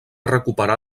recuperar